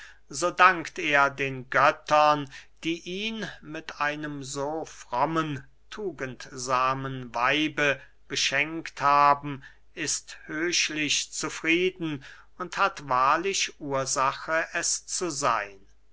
so dankt er den göttern die ihn mit einem so frommen tugendsamen weibe beschenkt haben ist höchlich zufrieden und hat wahrlich ursache es zu seyn